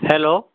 hello